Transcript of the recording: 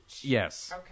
Yes